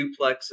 duplexes